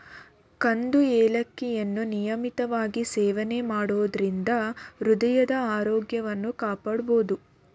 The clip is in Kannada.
ಕಂದು ಏಲಕ್ಕಿಯನ್ನು ನಿಯಮಿತವಾಗಿ ಸೇವನೆ ಮಾಡೋದರಿಂದ ಹೃದಯದ ಆರೋಗ್ಯವನ್ನು ಕಾಪಾಡ್ಬೋದು